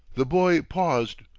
the boy paused,